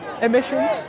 emissions